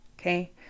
Okay